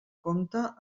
compte